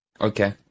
okay